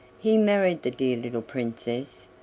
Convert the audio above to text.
he married the dear little princess,